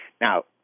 Now